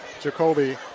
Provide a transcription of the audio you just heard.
Jacoby